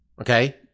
okay